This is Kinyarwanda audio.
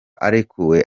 arekuwe